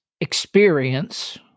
experience